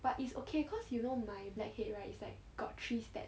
but it's okay cause you know my black head right it's like got three steps